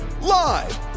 Live